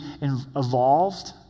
evolved